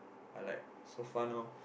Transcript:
I like so fun orh